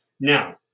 Now